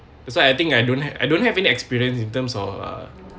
that's why I think I don't have I don't have any experience in terms of uh